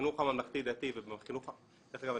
דרך אגב,